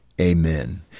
Amen